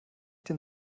den